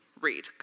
read